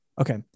Okay